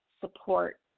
support